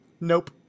Nope